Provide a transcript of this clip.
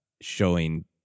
showing